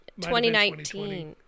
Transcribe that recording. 2019